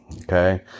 Okay